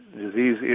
disease